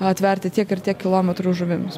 atverti tiek ir tiek kilometrų žuvims